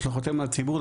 השלכותיהן על הציבור,